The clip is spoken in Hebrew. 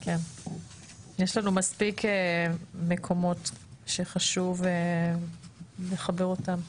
יש לנו מספיק מקומות שחשוב לחבר אותם.